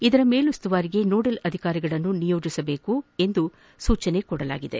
ಇದರ ಮೇಲುಸ್ತುವಾರಿಗೆ ನೋಡೆಲ್ ಅಧಿಕಾರಿಗಳನ್ನು ನಿಯೋಜಿಸಬೇಕು ಎಂದು ಸೂಚಿಸಲಾಗಿದೆ